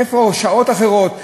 איפה שעות אחרות,